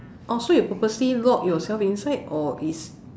oh so you purposely lock yourself inside or is